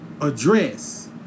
address